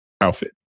outfit